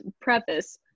preface